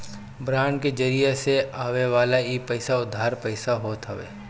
bond के जरिया से आवेवाला इ पईसा उधार पईसा होत हवे